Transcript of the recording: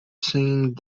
singing